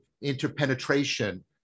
interpenetration